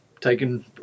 taken